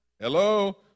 Hello